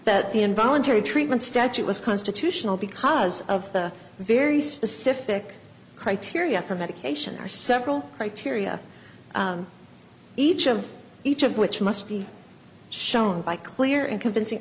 that the involuntary treatment statute was constitutional because of the very specific criteria for medication are several criteria each of each of which must be shown by clear and convincing